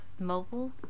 mobile